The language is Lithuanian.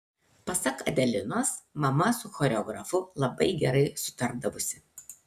pasak adelinos mama su choreografu labai gerai sutardavusi